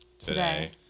today